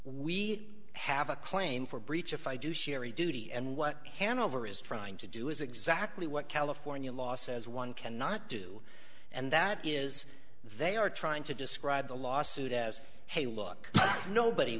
we have a claim for breach if i do sherry duty and what hanover is trying to do is exactly what california law says one cannot do and that is they are trying to describe the lawsuit as hey look nobody